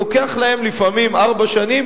לוקח להם לפעמים ארבע שנים.